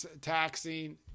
taxing